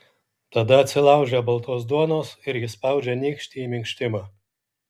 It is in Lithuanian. tada atsilaužia baltos duonos ir įspaudžia nykštį į minkštimą